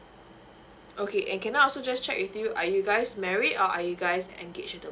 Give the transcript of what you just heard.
okay and can I also just check with you are you guys married or are you guys engage at the